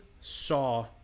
saw